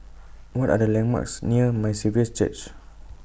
What Are The landmarks near My Saviour's Church